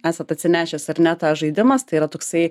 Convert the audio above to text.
esat atsinešęs ar ne tą žaidimas tai yra toksai